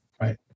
Right